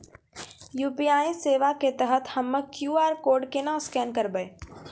UPI सेवा के तहत हम्मय क्यू.आर कोड केना स्कैन करबै?